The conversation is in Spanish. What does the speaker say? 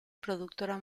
productora